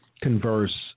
converse